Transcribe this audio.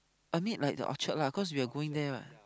I meet like the Orchard lah because we are going there what